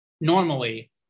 normally